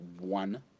one